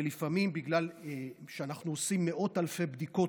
ולפעמים בגלל שאנחנו עושים מאות אלפי בדיקות